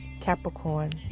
Capricorn